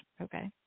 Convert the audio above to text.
okay